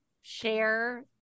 share